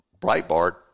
Breitbart